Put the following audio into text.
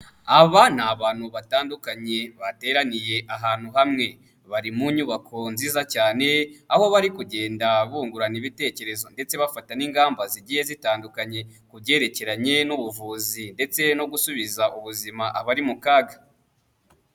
Aba ni abantu batandukanye bateraniye ahantu hamwe, bari mu nyubako nziza cyane aho bari kugenda bungurana ibitekerezo ndetse bafata n'ingamba zigiye zitandukanye ku byerekeranye n'ubuvuzi ndetse no gusubiza ubuzima abari mu kaga.